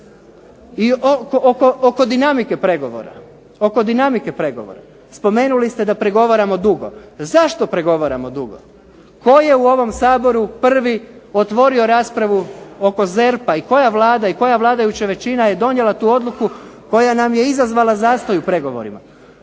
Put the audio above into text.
I oko dinamike pregovora. Spomenuli ste da pregovaramo dugo. Zašto pregovaramo dugo? Tko je u ovom Saboru prvi otvorio raspravu oko ZERP-a, i koja Vlada i koja vladajuća većina je donijela tu odluku, koja nam je izazvala zastoj u pregovorima?